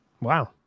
Wow